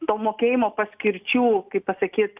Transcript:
to mokėjimo paskirčių kaip pasakyt